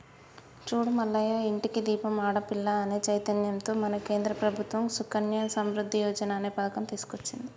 చూడు మల్లయ్య ఇంటికి దీపం ఆడపిల్ల అనే చైతన్యంతో మన కేంద్ర ప్రభుత్వం సుకన్య సమృద్ధి యోజన అనే పథకం తీసుకొచ్చింది